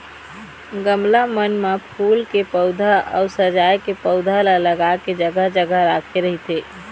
गमला मन म फूल के पउधा अउ सजाय के पउधा ल लगा के जघा जघा राखे रहिथे